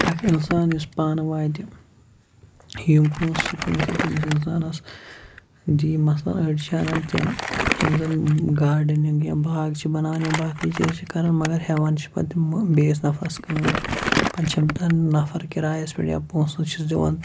اَکھ اِنسان یُس پانہٕ واتہِ یِم پونٛسہٕ کٲنٛسہِ تٔمِس اِنسانَس دِی مثلاً أڑۍ چھِ اَنان تِم یِم زَن گاڈنِنٛگ یا باغ چھِ بَناوان یا باقٕے چیٖز چھِ کَران مگر ہٮ۪وان چھِ پَتہٕ تِم بیٚیِس نَفرَس کٲم پَتہٕ چھِم تانۍ نَفَر کِرایَس پٮ۪ٹھ یا پونٛسہٕ چھِس دِوان